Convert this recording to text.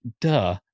duh